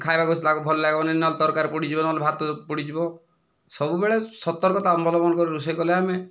ଖାଇବାକୁ ସେ କାହାକୁ ଭଲ ଲାଗିବନି ନହେଲେ ତରକାରୀ ପୋଡ଼ିଯିବ ନହେଲେ ଭାତ ପୋଡ଼ିଯିବ ସବୁବେଳେ ସତର୍କତା ଅବଲମ୍ବନ କରି ରୋଷେଇ କଲେ ଆମେ